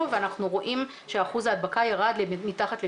ואנחנו רואים שאחוז ההדבקה ירד מתחת ל-6%,